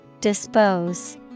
Dispose